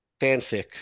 fanfic